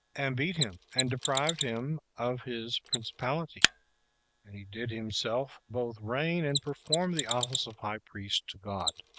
and beat him, and deprived him of his principality and he did himself both reign, and perform the office of high priest to god.